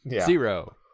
Zero